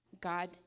God